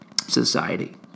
society